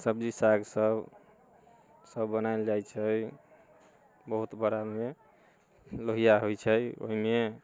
सब्जी साग सभ सभ बनाएल जाइत छै बहुत बड़ामे लोहिआ होइत छै ओहिमे